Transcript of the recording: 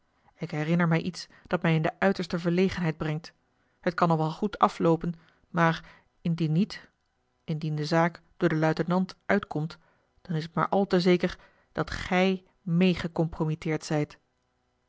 ik herinner mij iets dat mij in de uiterste verlegenheid brengt het kan nog wel goed afloopen maar indien niet indien de zaak door den luitenant uitkomt dan is het maar al te zeker dat gij meê gecompromitteerd zijt